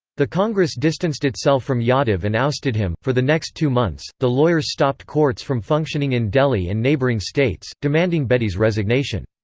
the congress distanced itself from yadav and ousted him for the next two months, the lawyers stopped courts from functioning in delhi and neighbouring states, demanding bedi's resignation.